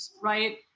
right